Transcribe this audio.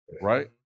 right